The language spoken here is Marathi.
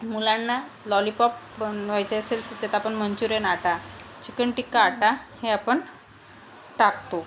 मुलांना लॉलीपॉप बनवायचे असेल तर त्यात आपण मंच्युरियन आटा चिकन टिक्का आटा हे आपण टाकतो